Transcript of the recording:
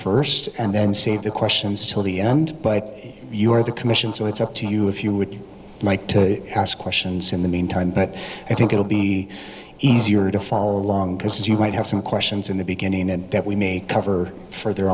first and then save the questions till the end but you are the commission so it's up to you if you would like to ask questions in the meantime but i think it'll be easier to follow along because you might have some questions in the beginning and that we may cover further